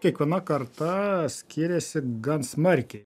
kiekviena karta skiriasi gan smarkiai